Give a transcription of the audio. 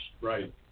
Right